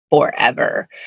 forever